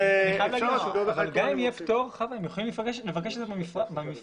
גם אם יהיה פטור, הם יכולים לבקש את זה במשרד.